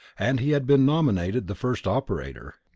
and he had been nominated the first operator.